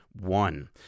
one